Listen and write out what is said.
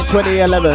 2011